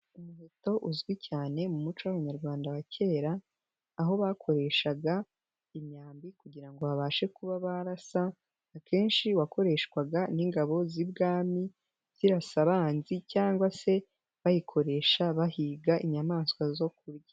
Umuheto uzwi cyane mu muco w'abanyarwanda wa kera, aho bakoreshaga imyambi kugirango babashe kuba barasa, akenshi wakoreshwaga n'ingabo z'ibwami zirasa abanzi cyangwa se bayikoresha bahiga inyamaswa zo kurya.